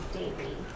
daily